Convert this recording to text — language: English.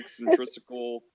eccentrical